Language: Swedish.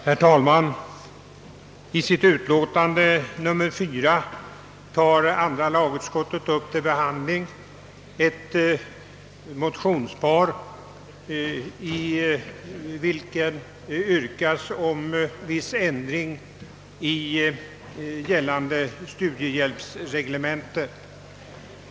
Herr talman! I sitt utlåtande nr 4 tar andra lagutskottet upp till behandling. ett motionspar i vilket yrkas viss ändring i gällande studiehhjälpsreglemente.